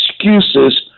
excuses